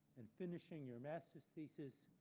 and finishing your master's thesis,